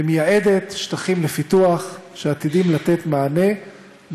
ומייעדת שטחים לפיתוח שעתידים לתת מענה על